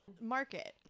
market